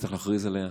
צריך להכריז עליה,